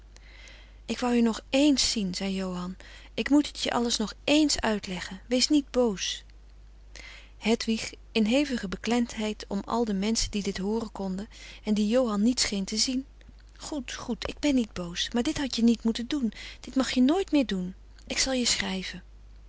ik wou je nog ééns zien zei johan ik moet het je alles nog ééns uitleggen wees niet boos hedwig in hevige beklemdheid om al de menschen die dit hooren konden en die johan niet scheen te zien goed goed ik ben niet boos maar dit had je niet moeten doen dit mag je nooit meer doen ik zal je schrijven